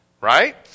Right